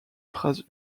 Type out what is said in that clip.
phrases